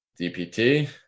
DPT